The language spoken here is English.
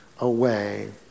away